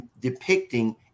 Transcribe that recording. depicting